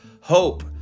hope